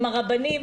עם הרבנים,